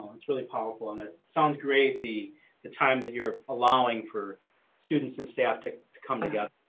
it's really powerful on it sounds great. the the time that you're allowing for students and staff to to come together.